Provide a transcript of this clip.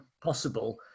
possible